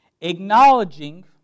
Acknowledging